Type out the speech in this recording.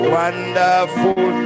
wonderful